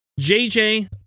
JJ